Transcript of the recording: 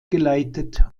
geleitet